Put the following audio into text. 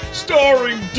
starring